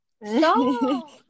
No